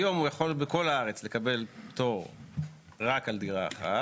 היום, הוא יכול בכל הארץ לקבל פטור רק על דירה אחת